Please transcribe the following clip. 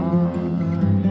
on